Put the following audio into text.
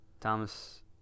Thomas